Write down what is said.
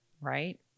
right